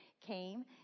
came